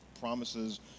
promises